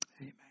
Amen